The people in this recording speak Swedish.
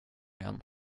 igen